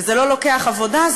וזה לא לוקח עבודה,